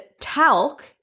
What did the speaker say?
talc